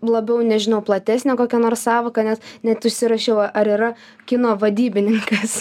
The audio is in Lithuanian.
labiau nežinau platesnė kokia nors sąvoka nes net užsirašiau a ar yra kino vadybininkas